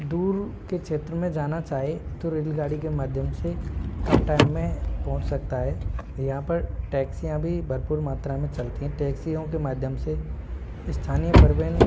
दूर के क्षेत्र में जाना चाहे तो रेलगाड़ी के माध्यम से कम टाइम में पहुँच सकता है यहाँ पर टैक्सियाँ भी भरपूर मात्रा में चलती हैं टैक्सियों के माध्यम से स्थानीय परिवहन